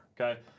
Okay